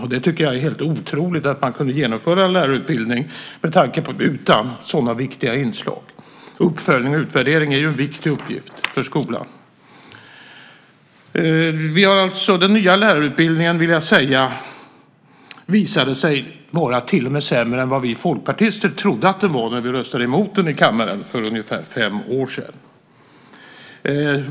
Jag tycker att det är helt otroligt att man kunde genomföra en lärarutbildning utan sådana viktiga inslag. Uppföljning och utvärdering är ju en viktig uppgift för skolan. Den nya lärarutbildningen, vill jag säga, visade sig vara till och med sämre än vi folkpartister trodde att den var när vi röstade emot den i kammaren för ungefär fem år sedan.